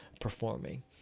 performing